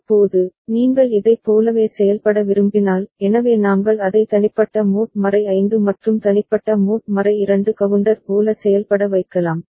இப்போது நீங்கள் இதைப் போலவே செயல்பட விரும்பினால் எனவே நாங்கள் அதை தனிப்பட்ட மோட் 5 மற்றும் தனிப்பட்ட மோட் 2 கவுண்டர் போல செயல்பட வைக்கலாம்